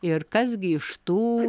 ir kas gi iš tų